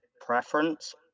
preference